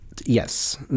Yes